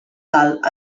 dalt